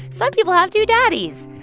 some people have two daddies.